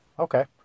Okay